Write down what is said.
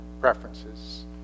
preferences